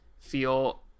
feel